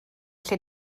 lle